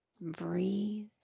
Breathe